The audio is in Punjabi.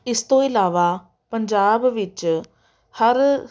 ਇਸ ਤੋਂ ਇਲਾਵਾ ਪੰਜਾਬ ਵਿੱਚ ਹਰ